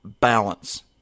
balance